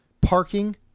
parking